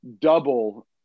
double